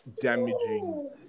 damaging